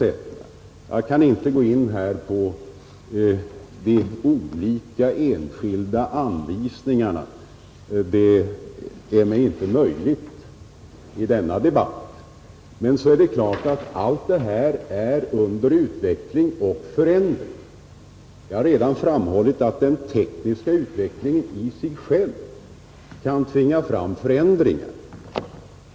är det mig inte möjligt att gå in på de olika enskilda anvisningarna i denna debatt. Men det är klart att på detta område är mycket under utveckling och förändring. Jag har redan framhållit att den tekniska utvecklingen i sig själv kan tvinga fram förändringar.